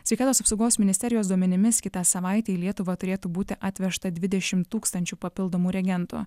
sveikatos apsaugos ministerijos duomenimis kitą savaitę į lietuvą turėtų būti atvežta dvidešimt tūkstančių papildomų reagentų